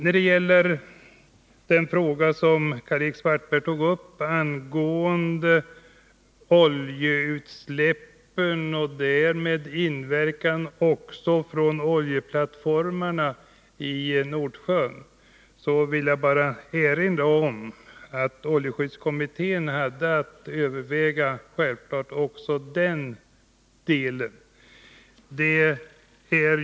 Vad gäller Karl-Erik Svartbergs fråga om oljeutsläppen och den inverkan som oljeplattformarna har i Nordsjön vill jag bara erinra om att oljeskydds kommittén självfallet hade att överväga också den problematiken.